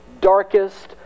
darkest